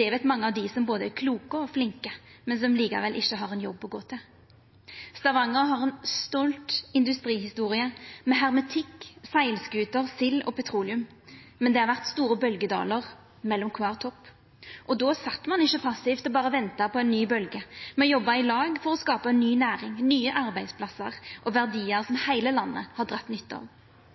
Det veit mange av dei som både er kloke og flinke, men som likevel ikkje har ein jobb å gå til. Stavanger har ei stolt industrihistorie, med hermetikk, seglskuter, sild og petroleum, men det har vore store bølgjedalar mellom kvar topp. Då sat ein ikkje passiv og berre venta på ei ny bølgje. Me jobba i lag for å skapa ei ny næring, nye arbeidsplassar og verdiar som heile landet har drege nytte av.